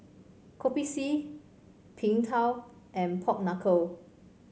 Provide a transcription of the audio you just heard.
Kopi C Png Tao and Pork Knuckle